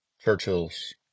Churchill's